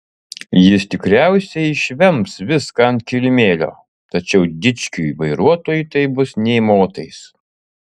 jis tikriausiai išvems viską ant kilimėlio tačiau dičkiui vairuotojui tai bus nė motais